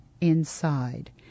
inside